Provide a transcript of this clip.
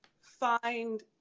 find